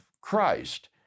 Christ